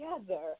together